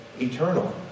eternal